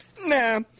Nah